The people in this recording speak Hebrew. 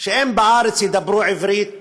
שאם בארץ ידברו עברית